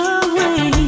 away